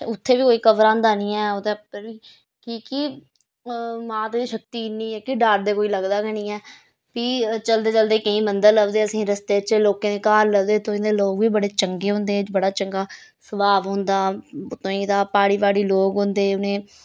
उत्थें बी कोई घबरांदा नेईं ऐ ओह्दे उप्पर बी कि के मां दी शक्ति इन्नी ऐ कि डर ते कोई लगदा गै नि ऐ फ्ही चलदे चलदे केईं मंदर लभदे असेंगी रस्ते च लोकें दे घर लभदे उत्थुं दे लोग बी बड़े चंगे होंदे बड़ा चंगा स्भाव होंदा तोहाईं दा प्हाड़ी प्हाड़ी लोग होंदे उनें